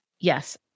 Yes